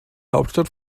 hauptstadt